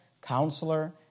Counselor